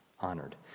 honored